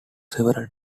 several